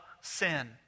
sin